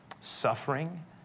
suffering